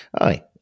Aye